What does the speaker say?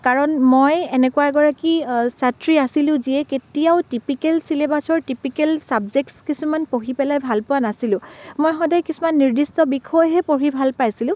কাৰণ মই এনেকুৱা এগৰাকী ছাত্ৰী আছিলোঁ যিয়ে কেতিয়াও টিপিকেল চিলেবাচৰ টিপিকেল চাব্জেক্টছ কিছুমান পঢ়ি পেলাই ভাল পোৱা নাছিলোঁ মই সদায় কিছুমান নিৰ্দিষ্ট বিষয়হে পঢ়ি ভাল পাইছিলোঁ